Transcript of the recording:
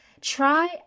Try